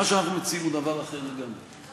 מה שאנחנו מציעים הוא דבר אחר לגמרי.